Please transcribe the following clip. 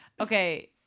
okay